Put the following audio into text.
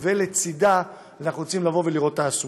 ולצדה אנחנו רוצים לראות תעסוקה.